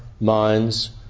minds